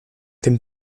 dem